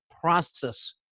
process